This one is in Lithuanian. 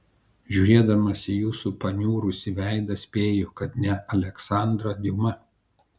žiūrėdamas į jūsų paniurusį veidą spėju kad ne aleksandrą diuma